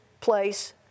place